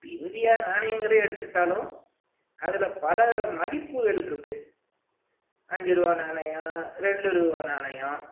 India நாணயங்களே எடுத்துக்கிட்டாலும் அதில் பல மதிப்புகள் இருக்கு அஞ்சு ரூபா நாணயம் ரெண்டு ரூபா நாணயம்